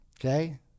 Okay